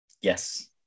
Yes